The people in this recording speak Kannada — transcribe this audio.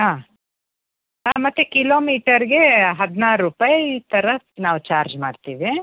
ಹಾಂ ಹಾಂ ಮತ್ತು ಕಿಲೋಮೀಟರ್ಗೆ ಹದಿನಾರು ರೂಪಾಯಿ ಥರ ನಾವು ಚಾರ್ಜ್ ಮಾಡ್ತೇವೆ